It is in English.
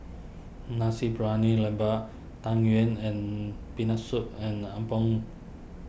Nasi Briyani Lembu Tang Yuen and Peanut Soup and Apom